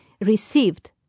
received